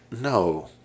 No